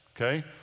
okay